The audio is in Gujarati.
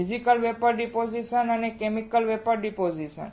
ફિઝિકલ વેપોર ડીપોઝીશન અને કેમિકલ વેપોર ડીપોઝીશન